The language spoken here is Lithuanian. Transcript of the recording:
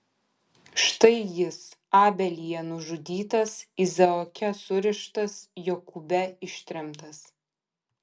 štai jis abelyje nužudytas izaoke surištas jokūbe ištremtas